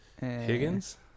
Higgins